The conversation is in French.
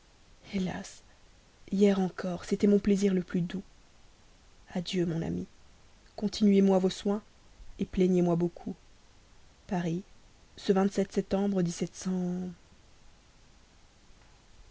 hélas hier encore c'était mon plaisir le plus doux adieu mon ami continuez moi vos soins plaignez-moi beaucoup paris le septembre